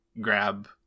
grab